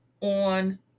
on